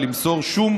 נשק,